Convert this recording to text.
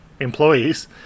employees